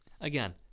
again